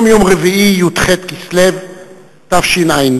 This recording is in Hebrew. היום יום רביעי, י"ח כסלו תשע"ב,